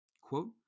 Quote